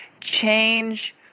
change